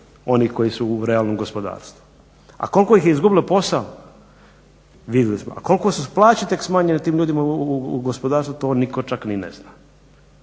onih koji su u realnom gospodarstvu. A koliko ih je izgubilo posao? Vidjeli smo. A koliko su plaće tek smanjene tim ljudima u gospodarstvu? To nitko čak ni ne zna.